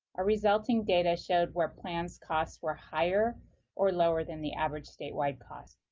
a resulting data showed where plan costs were higher or lower than the average statewide cost.